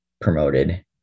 promoted